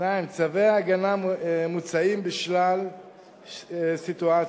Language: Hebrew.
2. צווי הגנה מוצעים בשלל סיטואציות,